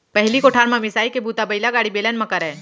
पहिली कोठार म मिंसाई के बूता बइलागाड़ी, बेलन म करयँ